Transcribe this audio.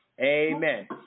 Amen